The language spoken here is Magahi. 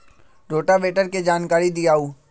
रोटावेटर के जानकारी दिआउ?